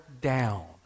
down